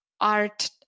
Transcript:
art